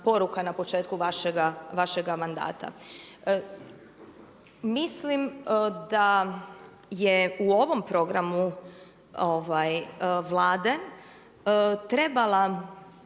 na početku vašega mandata. Mislim da je u ovom programu Vlade trebala